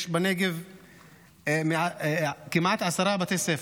יש בנגב כמעט עשרה בתי ספר,